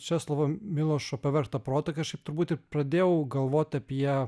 česlovo milošo pavergtą protą kažkaip turbūt ir pradėjau galvot apie